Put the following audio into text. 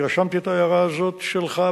אני רשמתי את ההערה הזאת שלך,